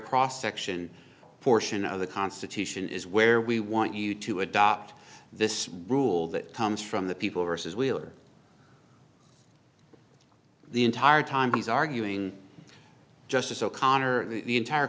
cross section portion of the constitution is where we want you to adopt this rule that comes from the people versus we are the entire time he's arguing justice o'connor the entire